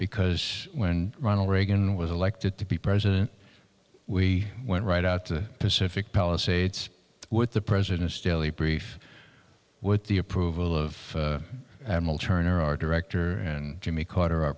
because when ronald reagan was elected to be president we went right out to the pacific palisades with the president's daily brief with the approval of admiral turner our director and jimmy carter our